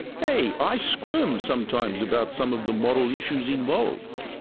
hey, i squirm sometimes about some of the moral issues involved,